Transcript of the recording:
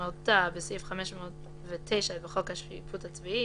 כמשמעותה בסעיף 509 בחוק השיפוט הצבאי,